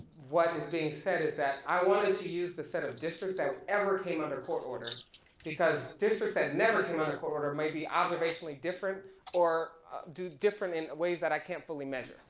what is being said is that i wanted to use the set of districts that ever came under court order because districts that never came under court order might be observationally different or different in ways that i can't fully measure.